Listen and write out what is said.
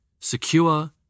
secure